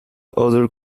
other